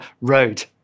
road